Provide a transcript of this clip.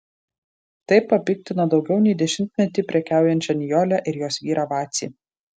tai papiktino daugiau nei dešimtmetį prekiaujančią nijolę ir jos vyrą vacį